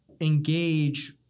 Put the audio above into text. engage